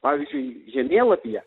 pavyzdžiui žemėlapyje